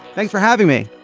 thanks for having me